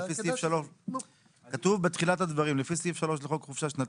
לפי סעיף 3. כתוב בתחילת הדברים "לפי סעיף 3 לחוק חופשה שנתית",